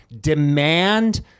demand